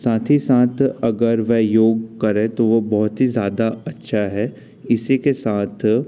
साथ ही साथ अगर वह योग करें तो वो बहुत ही ज़्यादा अच्छा है इसी के साथ